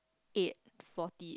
eight forty